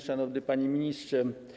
Szanowny Panie Ministrze!